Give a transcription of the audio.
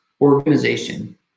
organization